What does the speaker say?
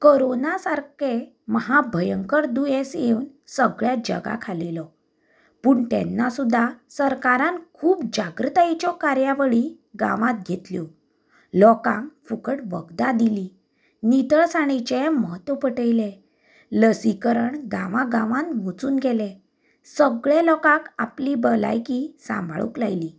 corona सारकें महाभयंकर दुयेंस येवन सगळ्या जगाक हालयलो पूण तेन्ना सुद्दां सरकारान खूब जागृतायेच्यो कार्यावळी गांवांत घेतल्यो लोकांक फुकट वखदां दिली नितळसाणेचे म्हत्व पटयले लसीकरण गांवा गांवांन वचून केले सगळे लोकांक आपली भलायकी सांबाळूंक लायली